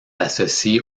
associées